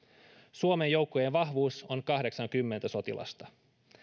suomen joukkojen vahvuus on kahdeksankymmentä sotilasta